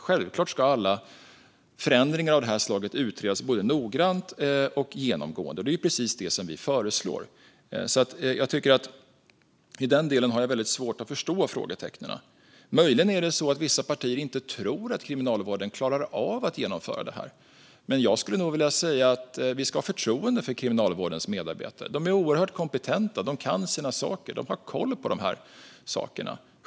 Självklart ska alla förändringar av det förslaget utredas noggrant och genomgående, och det är precis det vi föreslår. I den delen har jag svårt att förstå frågetecknen. Möjligen är det så att vissa partier inte tror att Kriminalvården klarar av att genomföra detta, men jag vill säga att vi ska ha förtroende för Kriminalvårdens medarbetare. De är oerhört kompetenta, och de kan sina saker. De har koll.